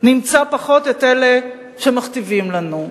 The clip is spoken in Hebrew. נמצא פחות את אלה שמכתיבים לנו.